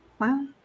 Wow